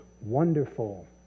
Wonderful